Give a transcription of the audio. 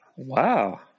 wow